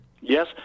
Yes